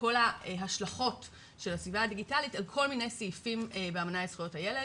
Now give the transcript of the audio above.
כל ההשלכות של הסביבה הדיגיטלית על כל מיני סעיפים באמנה לזכויות הילד,